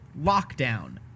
lockdown